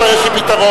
כבר יש לי פתרון.